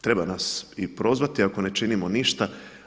Treba nas i prozvati ako ne činimo ništa.